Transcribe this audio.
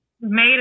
made